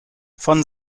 von